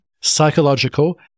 psychological